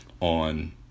on